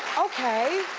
okay,